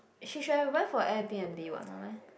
she should have went for Air B_N_B [what] no meh